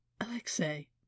Alexei